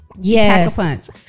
Yes